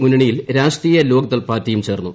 മുന്നണിയിൽ രാഷ്ട്രീയ ലോക്ദൾ പാർട്ടിയും ചേർന്നു